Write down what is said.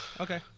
Okay